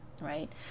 right